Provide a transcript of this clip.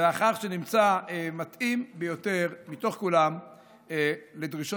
ולאחר שנמצא המתאים ביותר מתוך כולם לדרישות